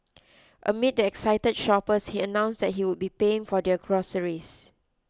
amid the excited shoppers he announced that he would be paying for their groceries